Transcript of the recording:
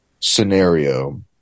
scenario